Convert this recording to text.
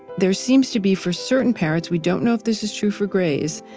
there seems to be for certain parrots, we don't know if this is true for greys,